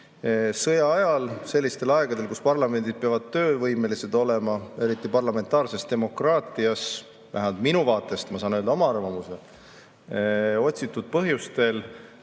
sõja ajal sellistel aegadel, kui parlamendid peavad töövõimelised olema, eriti parlamentaarses demokraatias – vähemalt minu vaatest, ma saan öelda oma arvamuse –, otsitud põhjustel,